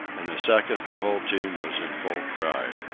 in a second the whole team was in full cry.